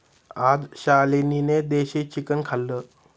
आज शालिनीने देशी चिकन खाल्लं